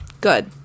Good